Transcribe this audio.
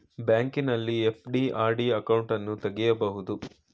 ಬ್ಯಾಂಕಲ್ಲಿ FD, RD ಅಕೌಂಟನ್ನು ತಗಿಬೋದು